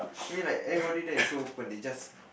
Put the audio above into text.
I mean like everybody there is so open they just